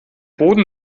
boden